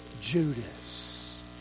Judas